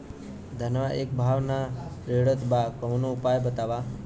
धनवा एक भाव ना रेड़त बा कवनो उपाय बतावा?